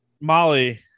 Molly